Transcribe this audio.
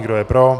Kdo je pro?